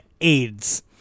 AIDS